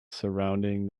surrounding